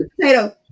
potato